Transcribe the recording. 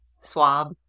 swab